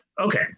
Okay